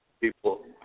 people